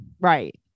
Right